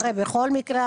בכל מקרה,